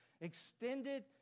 extended